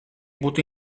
butto